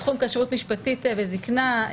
תחום כשרות משפטית וזקנה,